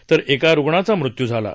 तर एका रुग्णाचा मृत्यू झाला आहे